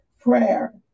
prayer